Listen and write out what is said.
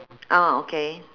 oh okay